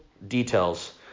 Details